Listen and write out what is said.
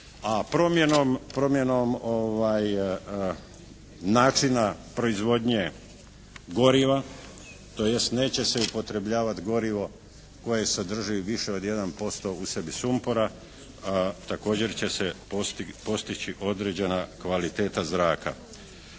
a promjenom načina proizvodnje goriva, tj. neće se upotrebljavati gorivo koje sadrži više od 1% u sebi sumpora također će se postići određena kvaliteta zraka.